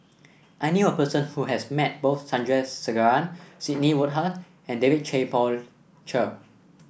I knew a person who has met both Sandrasegaran Sidney Woodhull and David Tay Poey Cher